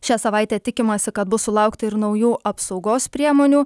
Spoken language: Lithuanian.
šią savaitę tikimasi kad bus sulaukta ir naujų apsaugos priemonių